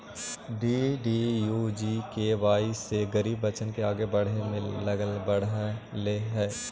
DDUGKY से गरीब बच्चन में आगे बढ़े के लगन बढ़ले हइ